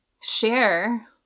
share